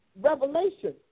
revelation